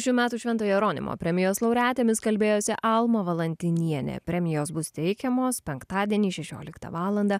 šių metų švento jeronimo premijos laureatėmis kalbėjosi alma valantinienė premijos bus teikiamos penktadienį šešioliktą valandą